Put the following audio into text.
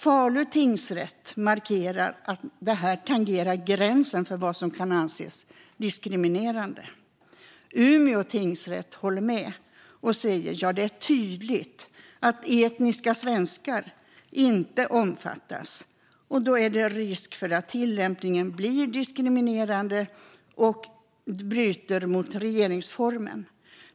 Falu tingsrätt markerar att det här tangerar gränsen för vad som kan anses som diskriminerande. Umeå tingsrätt håller med och säger att det är tydligt att etniska svenskar inte omfattas och att det då finns risk för att tillämpningen blir diskriminerande och strider mot regeringsformen.